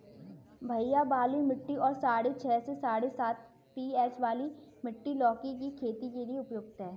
भैया बलुई मिट्टी और साढ़े छह से साढ़े सात पी.एच वाली मिट्टी लौकी की खेती के लिए उपयुक्त है